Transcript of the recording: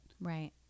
Right